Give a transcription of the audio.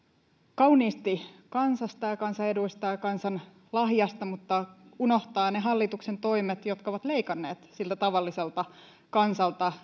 kauniisti kansasta ja kansan edusta ja kansan lahjasta mutta unohtaa ne hallituksen toimet jotka ovat leikanneet siltä tavalliselta kansalta